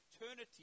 eternity